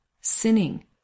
sinning